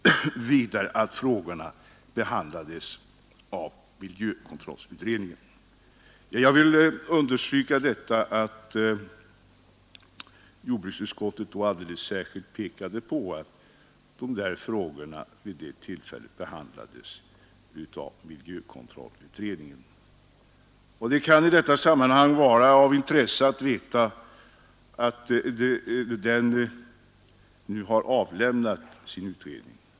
Vidare framhöll utskottet att frågorna behandlades av miljökontrollutredningen. Det kan i detta sammanhang vara av intresse att veta att utredningen nu har avlämnat sitt betänkande.